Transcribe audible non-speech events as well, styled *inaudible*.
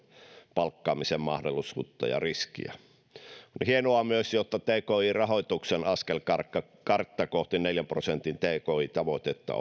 palkkaamisen mahdollisuutta ja riskiä on hienoa myös että tki rahoituksen askelkartan rakentaminen kohti neljän prosentin tki tavoitetta *unintelligible*